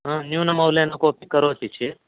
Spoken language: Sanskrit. न्यूनमूल्येन कोऽपि करोति चेद्